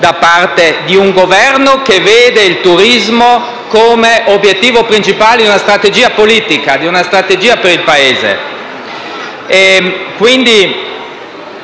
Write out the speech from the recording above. da parte di un Governo che veda il turismo come obiettivo principale di una strategia politica per il Paese.